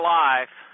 life